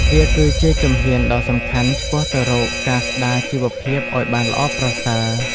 វាគឺជាជំហានដ៏សំខាន់ឆ្ពោះទៅរកការស្តារជីវភាពឱ្យបានល្អប្រសើរ។